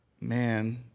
Man